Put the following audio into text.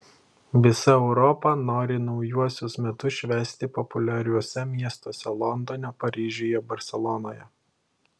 visa europa nori naujuosius metus švęsti populiariuose miestuose londone paryžiuje barselonoje